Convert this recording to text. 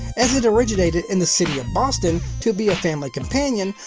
as it originated in the city of boston to be a family companion,